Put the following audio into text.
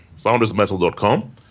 foundersmetal.com